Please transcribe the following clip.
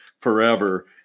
forever